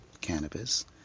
cannabis